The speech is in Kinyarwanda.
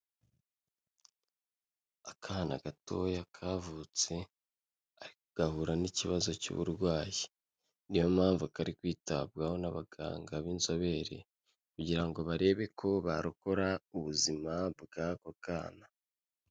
Akana gatoya kavutse gahura n'ikibazo cy'uburwayi, niyo mpamvu kari kwitabwaho n'abaganga b'inzobere kugira ngo barebeko barokora ubuzima bw'ako kana.